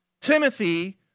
Timothy